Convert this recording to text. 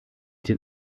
den